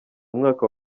umwaka